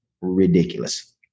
Ridiculous